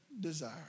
desire